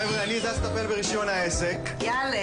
(מוקרן סרטון קמפיין מהפכת רישוי העסקים של משרד הפנים.) תחתרי לסיום.